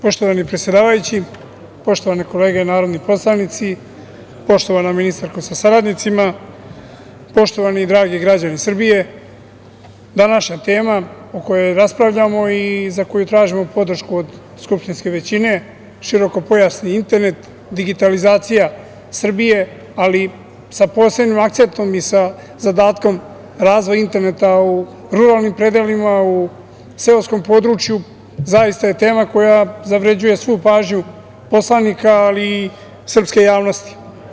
Poštovani predsedavajući, poštovane kolege narodni poslanici, poštovana ministarko sa saradnicima, poštovani dragi građani Srbije, današnja tema o kojoj raspravljamo i za koju tražimo podršku od skupštinske većine, širokopojasni internet, digitalizacija Srbije, ali sa posebnim akcentom i sa zadatkom razvoja interneta u ruralnim predelima, u seoskom području zaista je tema koja zavređuje svu pažnju poslanika, ali i srpske javnosti.